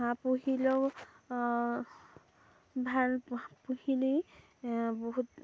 হাঁহ পুহিলেও ভাল পুহি বহুত